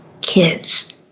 kids